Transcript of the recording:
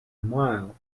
mile